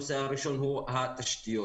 הנושא הראשון הוא התשתיות.